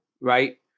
right